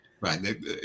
Right